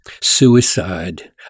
Suicide